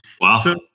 Wow